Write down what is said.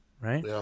right